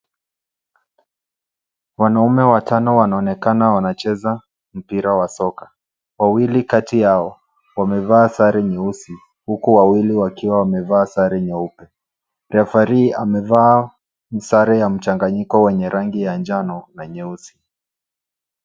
Wanaume watano wanaonekana wanacheza mpira wa soka. Wawili kati yao wamevaa sare nyeusi huku wawili wakiwa wamevaa sare nyeupe. Referee amevaa sare ya mchanganyiko wenye rangi ya njano na nyeusi.